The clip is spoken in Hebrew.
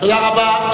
תודה רבה.